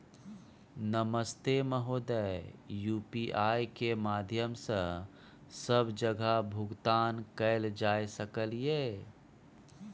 नमस्ते महोदय, यु.पी.आई के माध्यम सं सब जगह भुगतान कैल जाए सकल ये?